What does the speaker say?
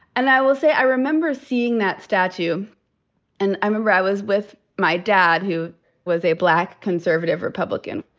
and i will say i remember seeing that statue and i remember i was with my dad, who was a black conservative republican.